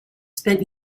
spent